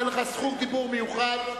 אתן לך זכות דיבור מיוחדת.